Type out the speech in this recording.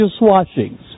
washings